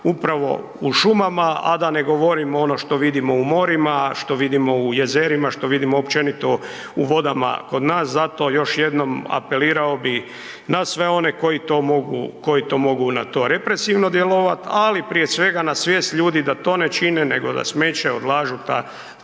upravo u šumama, a da ne govorim ono što vidimo u morima, što vidimo u jezerima, što vidimo općenito u vodama kod nas. Zato još jednom apelirao bi na sve one koji to mogu, koji to mogu na to represivno djelovat, ali prije svega na svijest ljudi da to ne čine, nego da smeće odlažu